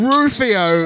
Rufio